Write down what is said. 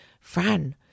Fran